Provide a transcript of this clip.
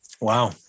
wow